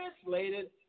translated